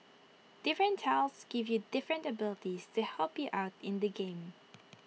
different tiles give you different abilities to help you out in the game